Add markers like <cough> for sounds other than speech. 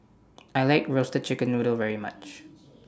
<noise> I like Roasted Chicken Noodle very much